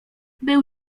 był